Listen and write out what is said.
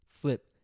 Flip